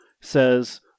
says